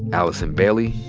allison bailey,